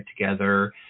together